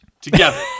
together